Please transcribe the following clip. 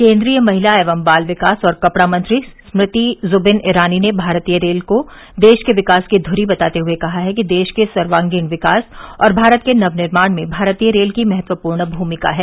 केन्द्रीय महिला एवं बाल विकास और कपड़ा मंत्री स्मृति ज़बिन ईरानी ने भारतीय रेल को देश के विकास की ध्री बताते हए कहा है कि देश के सर्वागीण विकास और भारत के नवनिर्माण में भारतीय रेल की महत्वपूर्ण भूमिका है